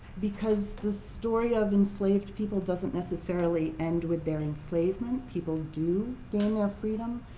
because the story of enslaved people doesn't necessarily end with their enslavement. people do gain their freedom.